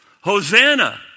Hosanna